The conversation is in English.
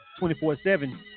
24-7